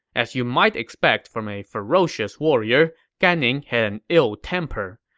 as you might expect from a ferocious warrior, gan ning had an ill temper.